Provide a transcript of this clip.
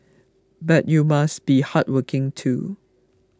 but you must be hardworking too